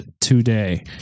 today